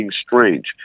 strange